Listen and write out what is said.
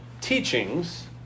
teachings